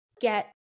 get